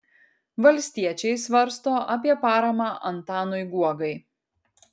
valstiečiai svarsto apie paramą antanui guogai